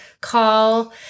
call